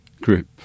group